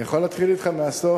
אני יכול להתחיל אתך מהסוף?